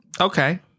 Okay